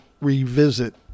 revisit